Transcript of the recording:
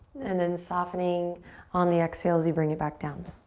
and then softening on the exhale as you bring it back down.